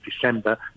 December